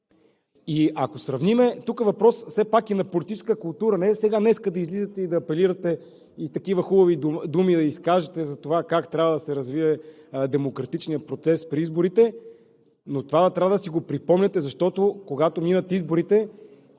забравим. Тук е въпрос все пак и на политическа култура. Не днес да излизате да апелирате и такива хубави думи да изкажете как трябва да се развие демократичният процес при изборите, но това трябва да си го припомняте, защото, когато минат изборите…